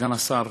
סגן השר,